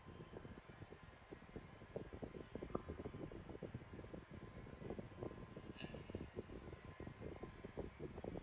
mm